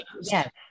Yes